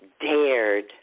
dared